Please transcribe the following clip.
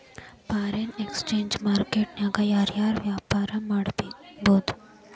Foreign exchange market ನ್ಯಾಗ ಯಾರ್ ಯಾರ್ ವ್ಯಾಪಾರಾ ಮಾಡ್ಬೊದು?